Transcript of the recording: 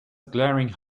glaringly